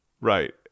Right